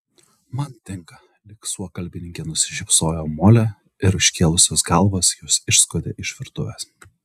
man tinka lyg suokalbininkė nusišypsojo molė ir iškėlusios galvas jos išskuodė iš virtuvės